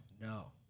No